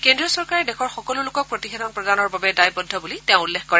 কেন্দ্ৰীয় চৰকাৰ দেশৰ সকলো লোকক প্ৰতিষেধক প্ৰদানৰ বাবে দায়বদ্ধ বুলি তেওঁ উল্লেখ কৰে